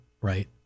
right